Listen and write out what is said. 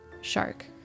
shark